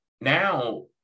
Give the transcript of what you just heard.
Now